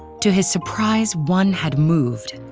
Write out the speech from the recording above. to his surprise, one had moved.